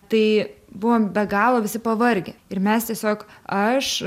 tai buvom be galo visi pavargę ir mes tiesiog aš